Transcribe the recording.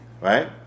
right